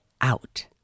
out